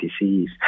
disease